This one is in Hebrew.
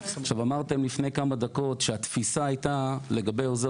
אמרתם לפני כמה דקות שהתפיסה לגבי עוזר